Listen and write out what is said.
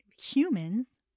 Humans